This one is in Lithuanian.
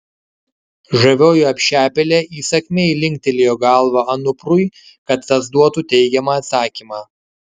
žavioji apšepėlė įsakmiai linktelėjo galva anuprui kad tas duotų teigiamą atsakymą